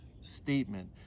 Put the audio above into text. statement